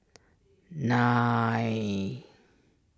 nine